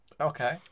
okay